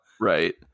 Right